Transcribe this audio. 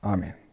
Amen